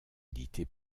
éditée